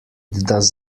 does